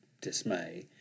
dismay